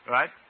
Right